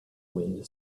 wind